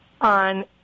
on